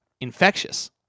infectious